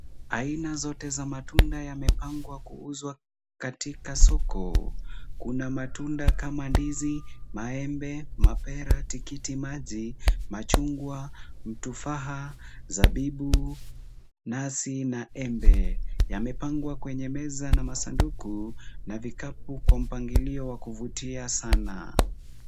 Aina zote za matunda yamepangwa kuuzwa katika soko, kuna matunda kama ndizi, maembe, mapera, tikiti maji, machungwa, tufaha, zabibu, nazi na embe, yamepangwa kwenye meza na masanduku na vikapu kwa mpangilio wa kuvutia sana.